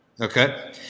Okay